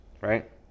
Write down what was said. Right